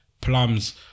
plums